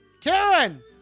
Karen